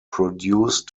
produce